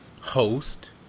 host